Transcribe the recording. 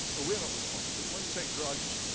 ah we're not responsible. when we take drugs,